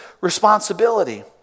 responsibility